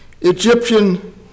Egyptian